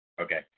Okay